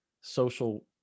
social